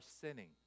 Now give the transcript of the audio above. sinning